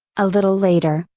a little later,